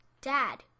Dad